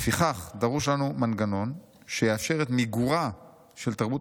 לפיכך דרוש לנו מנגנון שיאפשר את מיגורה של תרבות